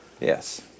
Yes